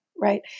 right